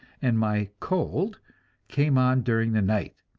and my cold came on during the night.